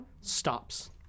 stops